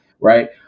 right